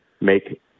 make